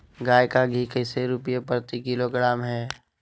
गाय का घी कैसे रुपए प्रति किलोग्राम है?